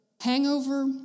Hangover